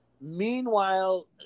Meanwhile